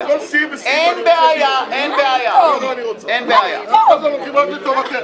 אני לא רוצה איתך שום מלחמה,